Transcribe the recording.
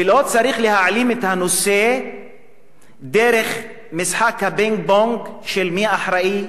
לא צריך להעלים את הנושא דרך משחק הפינג-פונג של מי אחראי,